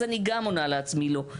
אז אני גם עונה לעצמי לא,